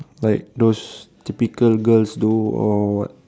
like those typical girls do or what